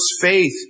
faith